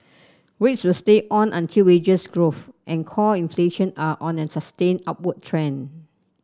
rates will stay on until wages growth and core inflation are on a sustained upward trend